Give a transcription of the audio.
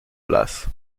place